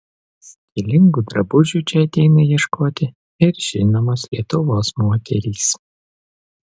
stilingų drabužių čia ateina ieškoti ir žinomos lietuvos moterys